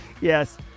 Yes